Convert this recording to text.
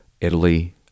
Italy